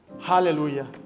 Hallelujah